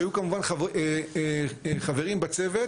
שהיו כמובן חברים בצוות,